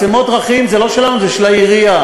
מצלמות דרכים הן לא שלנו, הן של העירייה.